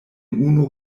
unu